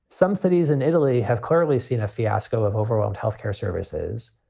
some cities in italy have clearly seen a fiasco of overwhelmed health care services,